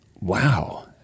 wow